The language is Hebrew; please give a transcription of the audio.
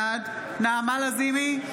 בעד נעמה לזימי,